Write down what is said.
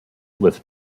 with